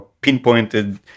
pinpointed